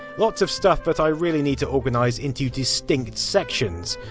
lots of stuff that i really need to organise into distinct sections.